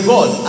God